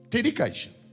Dedication